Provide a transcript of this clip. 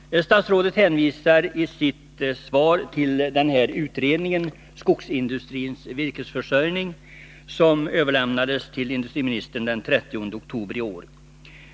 Statsrådet hänvisar i sitt svar till utredningen om skogsindustrins virkesförsörjning, som överlämnades till industriministern den 30 oktober i år.